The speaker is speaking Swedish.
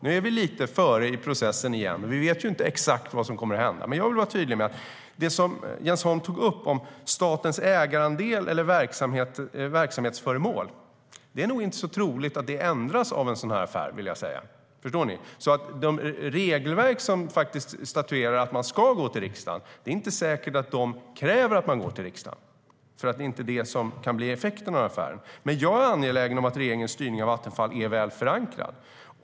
Nu är vi lite före i processen igen, och vi vet inte exakt vad som kommer att hända. Men jag vill vara tydlig med det som Jens Holm tog upp om statens ägarandel eller verksamhetsföremål. Det är nog inte så troligt att det ändras av en sådan här affär. Det är inte säkert att de regelverk som statuerar att man ska gå till riksdagen verkligen kräver att man går till riksdagen. Det är inte det som kan bli effekten av affären. Jag är angelägen om att regeringens styrning av Vattenfall är väl förankrad.